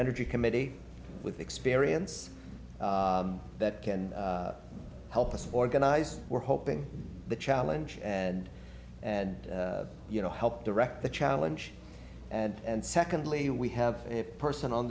energy committee with experience that can help us organize we're hoping the challenge and and you know help direct the challenge and secondly we have a person on